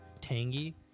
tangy